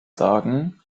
sagen